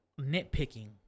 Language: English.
nitpicking